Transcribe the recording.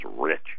rich